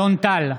אלון טל,